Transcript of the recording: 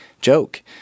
joke